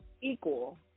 equal